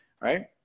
right